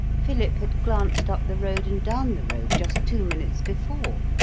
philip had glanced up the road and down the road just two minutes before,